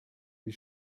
wie